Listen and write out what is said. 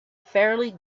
fairly